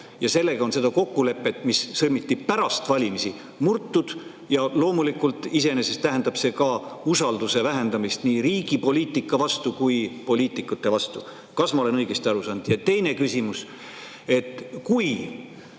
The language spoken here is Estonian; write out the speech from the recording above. ja sellega on seda kokkulepet, mis sõlmiti pärast valimisi, murtud? Loomulikult tähendab see iseenesest ka usalduse vähendamist nii riigi poliitika kui ka poliitikute vastu. Kas ma olen õigesti aru saanud? Ja teine küsimus. Kui